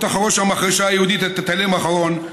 תחרוש המחרשה היהודית את התלם האחרון,